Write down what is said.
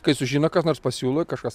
kai sužino kas nors pasiūlo kažkas